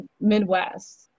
Midwest